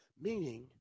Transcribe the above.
Meaning